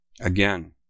Again